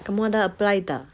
kamu ada apply tak